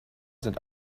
sind